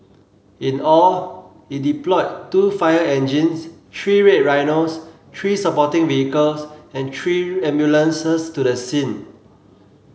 in all it deployed two fire engines three Red Rhinos three supporting vehicles and three ambulances to the scene